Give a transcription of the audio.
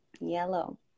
yellow